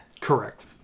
Correct